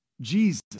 Jesus